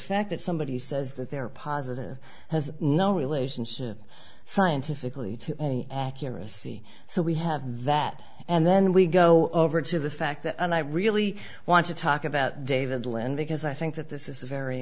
fact that somebody says that they are positive has no relationship scientifically to any accuracy so we have that and then we go over to the fact that and i really want to talk about david lynn because i think that this is a very